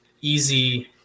easy